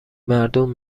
مردم